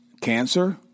cancer